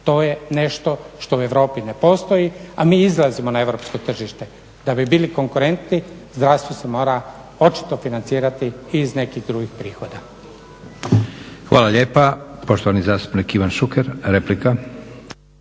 To je nešto što u Europi ne postoji, a mi izlazimo na europsko tržište da bi bili konkurentni i zdravstvo se mora očito financirati i iz nekih drugih prihoda. **Leko, Josip (SDP)** Hvala lijepa. Poštovani zastupnik Ivan Šuker, replika.